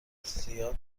زیاد